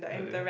really